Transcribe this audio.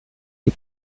die